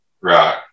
Right